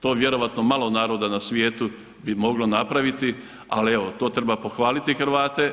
To vjerojatno malo naroda na svijetu bi moglo napraviti, ali evo to treba pohvaliti Hrvate.